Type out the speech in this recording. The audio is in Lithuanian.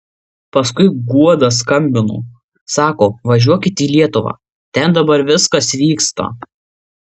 paskui guoda skambino sako važiuokit į lietuvą ten dabar viskas vyksta